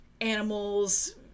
animals